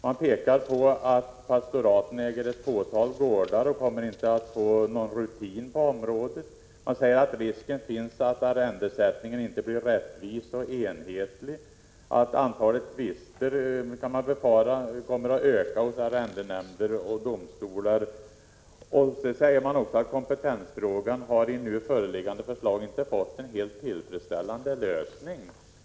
Man pekar på att pastoraten äger ett fåtal gårdar och inte kommer att få någon rutin på området. Man säger vidare att risken finns att arrendesättningen inte blir rättvis och enhetlig. Man befarar att antalet tvister kommer att öka hos arrendenämnder och domstolar. Man säger också att kompetensfrågan i nu föreliggande förslag inte har fått en helt tillfredsställande lösning.